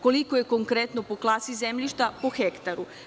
Koliko je konkretno po klasi zemljišta po hektaru?